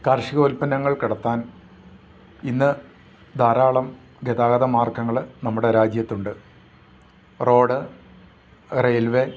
കാർഷിക ഉത്പന്നങ്ങൾ കടത്താൻ ഇന്നു ധാരാളം ഗതാഗത മാർഗ്ഗങ്ങൾ നമ്മുടെ രാജ്യത്തുണ്ട് റോഡ് റെയിൽവേ